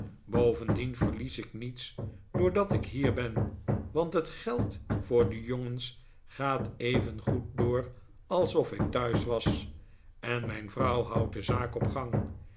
bovendien verlies ik niets doordat ik hier ben want het geld voor de jongens gaat evengoed door alsof ik thuis was en mijn vrouw houdt de zaak op gang